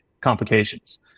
complications